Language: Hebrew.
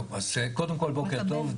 טוב, אז קודם כל בוקר טוב.